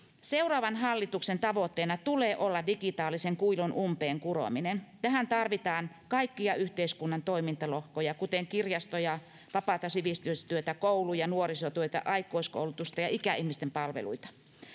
seuraavan hallituksen tavoitteena tulee olla digitaalisen kuilun umpeen kurominen tähän tarvitaan kaikkia yhteiskunnan toimintalohkoja kuten kirjastoja vapaata sivistystyötä kouluja nuorisotyötä aikuiskoulutusta ja ikäihmisten palveluita